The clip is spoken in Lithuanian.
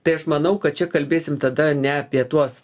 tai aš manau kad čia kalbėsim tada ne apie tuos